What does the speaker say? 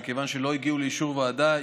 מכיוון שהן לא הגיעו לאישור ועדה,